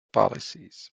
policies